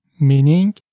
meaning